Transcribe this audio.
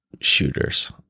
shooters